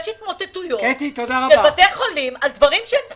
יש התמוטטויות של בתי חולים על דברים שהם בסיסיים.